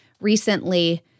recently